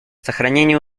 сохранение